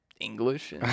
English